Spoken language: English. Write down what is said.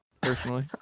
personally